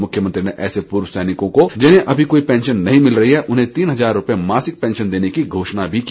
मुख्यमंत्री ने ऐसे पूर्व सैनिकों को जिन्हें अभी कोई पैंशन नहीं मिल रही है उन्हें तीन हज़ार रूपये मासिक पैंशन देने की घोषणा भी की